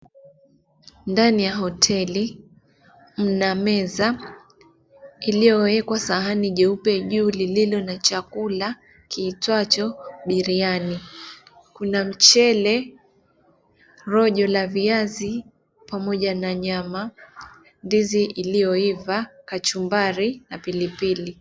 Ndani ya hoteli mna meza iliyowekwa sahani jeupe juu lililo na chakula kiitwacho biriani. Kuna mchele, rojo la viazi pamoja na nyama, ndizi iliyoiva, kachumbari na pilipili.